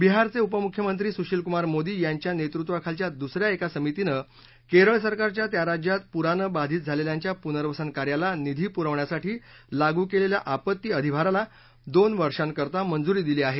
बिहारचे उपमुख्यमंत्री सुशीलकुमार मोदी यांच्या नेतृत्वाखालच्या दुस या एका समितीनं केरळ सरकारच्या त्या राज्यात पुरानं बाधित झालेल्यांच्या पुनर्वसन कार्याला निधी पुरवण्यासाठी लागू केलेल्या आपत्ती अधिभाराला दोन वर्षांकरता मंजुरी दिली आहे